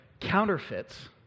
counterfeits